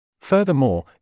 Furthermore